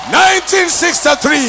1963